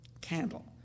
Candle